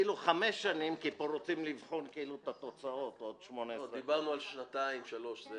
חמש שנים --- דיברנו על שנתיים-שלוש.